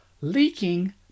Leaking